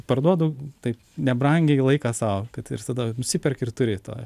parduodu taip nebrangiai laiką sau kad ir tada nusiperki ir turi to